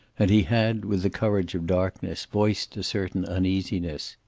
and he had, with the courage of darkness, voiced a certain uneasiness.